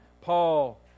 Paul